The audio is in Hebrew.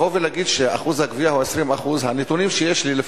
לבוא ולהגיד שאחוז הגבייה הוא 20% הנתונים שיש לי,